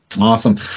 Awesome